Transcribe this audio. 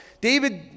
David